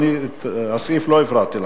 אדוני, לא הפרעתי לך.